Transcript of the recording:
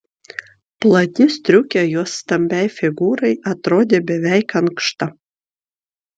plati striukė jos stambiai figūrai atrodė beveik ankšta